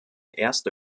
erste